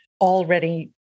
already